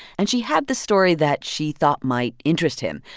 and she had this story that she thought might interest him.